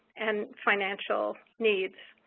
and financial needs.